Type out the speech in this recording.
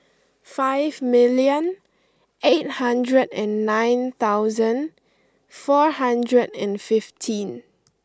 five million eight hundred and nine thousand four hundred and fifteen